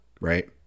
right